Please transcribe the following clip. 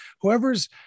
whoever's